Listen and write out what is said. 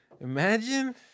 Imagine